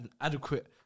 adequate